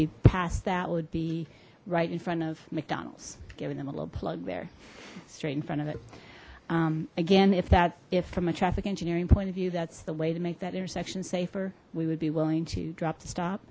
be passed that would be right in front of mcdonald's giving them a little plug bear straight in front of it again if that if from a traffic engineering point of view that's the way to make that intersection safer we would be willing to drop the stop